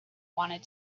wanted